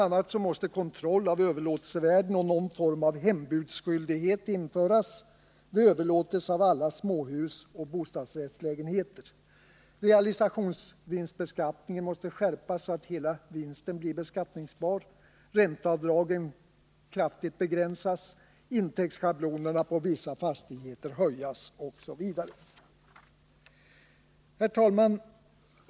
a. måste kontroll av överlåtelsevärden och någon form av hembudsskyldighet införas vid överlåtelser av alla småhus och bostadsrättslägenheter. Vidare måste realisationsvinstbeskattningen skärpas så att hela vinsten blir beskattningsbar, ränteavdragen kraftigt begränsas, intäktsschablonen på vissa fastigheter höjas osv. Herr talman!